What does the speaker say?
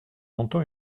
entend